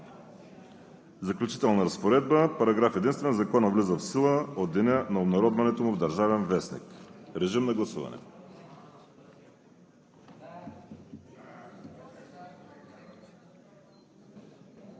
Заключителна разпоредба Параграф единствен. Законът влиза в сила от деня на обнародването му в „Държавен вестник“.“ Режим на гласуване.